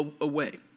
Away